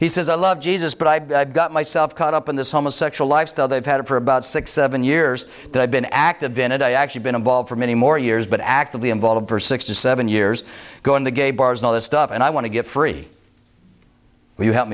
he says i love jesus but i've got myself caught up in this homo sexual lifestyle they've had it for about six seven years that i've been active in and i actually been involved for many more years but actively involved for six to seven years going the gay bars in all this stuff and i want to get free will you help